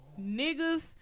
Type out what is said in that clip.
niggas